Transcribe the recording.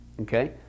Okay